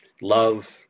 love